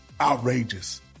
outrageous